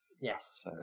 Yes